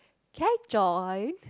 can I join